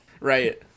right